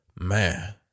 Man